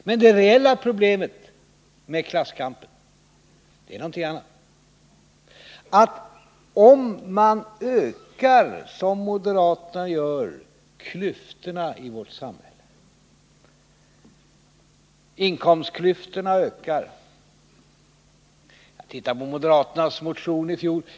Men det reella problemet med klasskampen är någonting annat. Moderaterna ökar inkomstklyftorna i vårt samhälle. Se på moderaternas motion från i fjol!